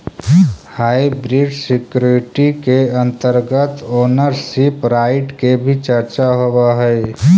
hybrid security के अंतर्गत ownership right के भी चर्चा होवऽ हइ